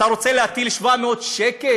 אתה רוצה להטיל 700 שקל